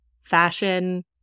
fashion